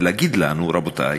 ולהגיד לנו: רבותי,